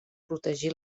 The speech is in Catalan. protegir